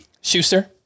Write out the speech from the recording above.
Schuster